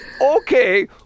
okay